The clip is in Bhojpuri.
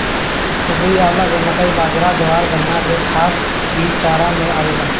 एकरी अलावा मकई, बजरा, ज्वार, गन्ना के डाठ भी चारा में आवेला